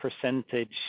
percentage